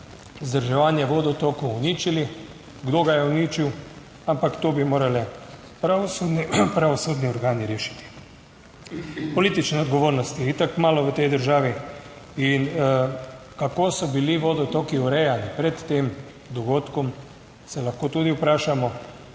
vzdrževanje vodotokov, uničili, kdo ga je uničil, ampak to bi morali o pravosodni organi rešiti. Politične odgovornosti je itak malo v tej državi in kako so bili vodotoki urejeni pred tem dogodkom, se lahko tudi vprašamo.